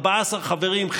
14 חברים,